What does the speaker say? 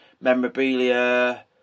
memorabilia